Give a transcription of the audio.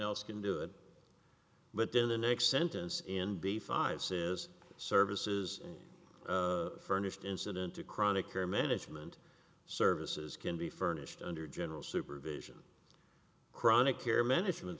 else can do it but then the next sentence in b five says services furnished incident to chronic care management services can be furnished under general supervision chronic care management